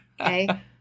Okay